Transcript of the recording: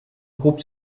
groupe